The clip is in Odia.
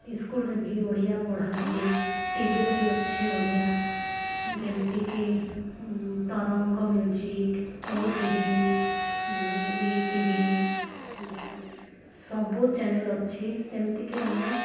ଇସକୁଲରେ ବି ଓଡ଼ିଆ ପଢ଼ାନ୍ତି ଟିଭିରେ ବି ଅଛି ଓଡ଼ିଆ ଯେମିତିକି ତରଙ୍ଗ ମ୍ୟୁଜିକ୍ ଓଟିଭି ଇଟିଭି ସବୁ ଚ୍ୟାନେଲ ଅଛି ସେମିତିକି ଆମେ